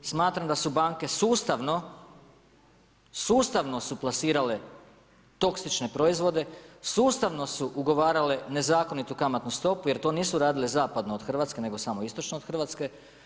Smatram da su banke sustavno, sustavno su plasirale toksične proizvode, sustavno su ugovarale nezakonitu kamatnu stopu, jer to nisu radile zapadno od Hrvatske, nego samo istočno od Hrvatske.